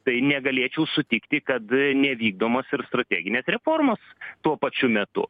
tai negalėčiau sutikti kad nevykdomos ir strateginės reformos tuo pačiu metu